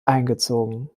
eingezogen